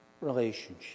relationship